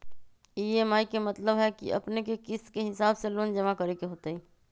EMI के मतलब है कि अपने के किस्त के हिसाब से लोन जमा करे के होतेई?